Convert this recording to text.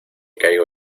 caigo